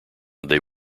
they